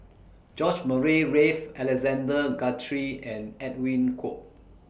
George Murray Reith Alexander Guthrie and Edwin Koek